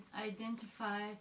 identify